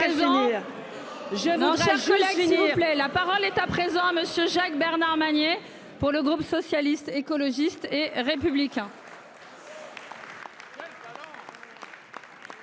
Je voudrais juste finir